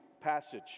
passage